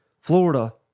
Florida